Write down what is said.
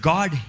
God